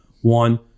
One